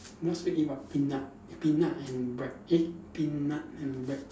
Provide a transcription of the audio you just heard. last week eat what peanut peanut and bread eat peanut and bread